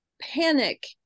panic